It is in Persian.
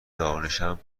دانشم